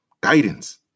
guidance